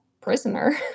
prisoner